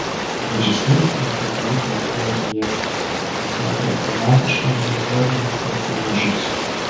režisierius nuosekliai plėtoja pjesę tiesiog chrestomatiškai analizuodamas personažus